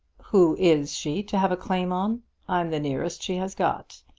who is she to have a claim on? i'm the nearest she has got.